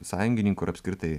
sąjungininkų ir apskritai